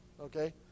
Okay